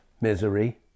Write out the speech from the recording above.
misery